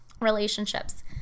relationships